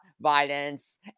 violence